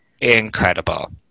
incredible